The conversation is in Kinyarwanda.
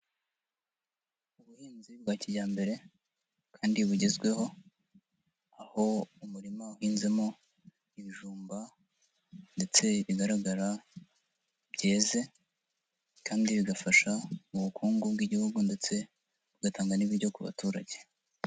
Ubuhinzi bwa kijyambere, kandi bugezweho, aho umurima uhinzemo ibijumba ndetse bigaragara, byeze, kandi bigafasha mu bukungu bw'igihugu, ndetse bugatanga n'ibiryo ku baturage.